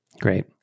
Great